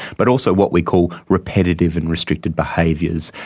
but also what we call repetitive and restricted behaviours,